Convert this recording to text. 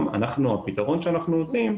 הפתרון שאנחנו נותנים היום,